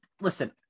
Listen